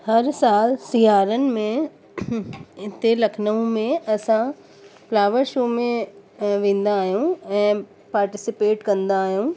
हर साल सियारनि में हिते लखनऊ में असां फ्लावर शो में वेंदा आहियूं ऐं पार्टिसिपेट कंदा आहियूं